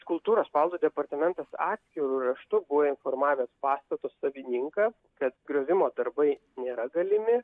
kultūros paveldo departamentas atskiru raštu buvo informavęs pastato savininką kad griovimo darbai nėra galimi